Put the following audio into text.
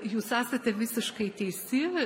jūs esate visiškai teisi